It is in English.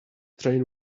train